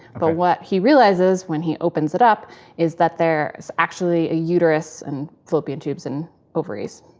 but what he realizes when he opens it up is that there's actually a uterus and fallopian tubes and ovaries.